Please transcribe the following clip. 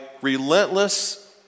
relentless